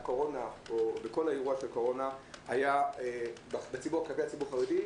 להתחיל בצורה הרבה יותר מדורגת קודם בתי הספר היותר